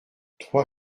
trois